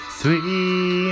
three